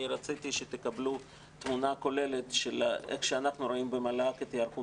רציתי שתקבלו תמונה כוללת של איך שאנחנו רואים במל"ג את היערכות